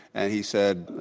and he said,